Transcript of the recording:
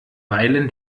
weilen